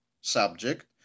subject